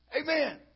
amen